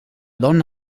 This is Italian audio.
donna